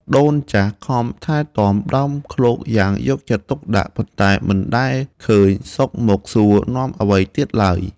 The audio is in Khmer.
ដូនចាស់ខំថែទាំដើមឃ្លោកយ៉ាងយកចិត្តទុកដាក់ ប៉ុន្តែមិនដែលឃើញសុខមកសួរនាំអ្វីទៀតឡើយ។